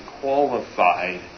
qualified